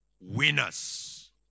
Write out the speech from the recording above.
winners